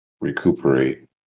recuperate